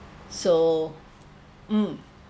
so mm